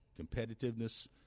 competitiveness